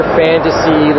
fantasy